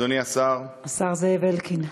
השר זאב אלקין.